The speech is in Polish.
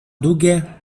długie